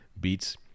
beats